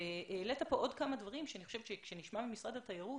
העלית כאן עוד כמה דברים שאני חושבת שכאשר נשמע את משרד התיירות,